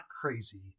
crazy